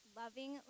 loving